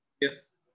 Yes